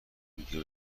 روحیه